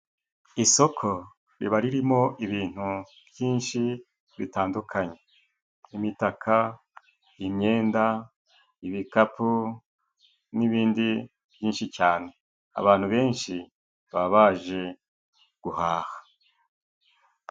Isoko riba ririmo ibintu byinshi bitandukanye:imitaka, imyenda, ibikapu n'ibindi byinshi cyane abantu benshi baba baje guhaha.